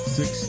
six